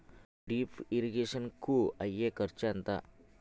Drip irrigation కూ అయ్యే ఖర్చు ఎంత?